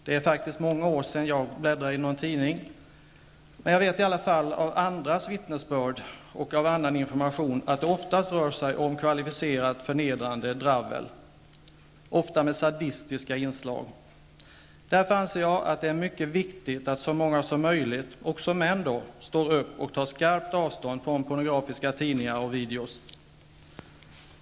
Det är faktiskt många år sedan jag bläddrade i någon pornografisk tidning, men jag vet i alla fall av andras vittnesbörd och annan information att det oftast rör sig om kvalificerat, förnedrande dravel, ofta med sadistiska inslag. Därför anser jag att det är mycket viktigt att så många som möjligt -- också män -- står upp och skarpt tar avstånd från pornografiska tidningar och videofilmer.